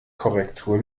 korrektur